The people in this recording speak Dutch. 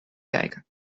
kijken